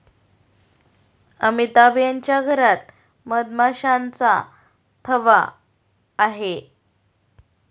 अमिताभ यांच्या घरात मधमाशांचा थवा आहे